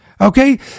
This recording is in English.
Okay